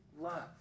love